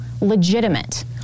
legitimate